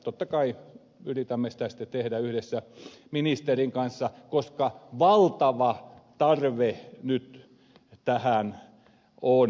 totta kai yritämme sitä sitten tehdä yhdessä ministerin kanssa koska valtava tarve nyt tähän on